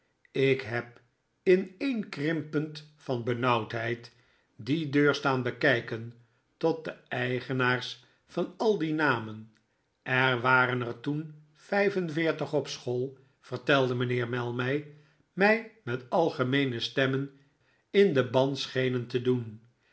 ik heb ineenkrimpend van benauwdheid die deur staan bekijken tot de eigenaars van al die namen er waren er toen vijf en veertig op school vertelde mijnheer mell mij mij met algemeene stemmen in den ban schenen te doen